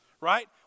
right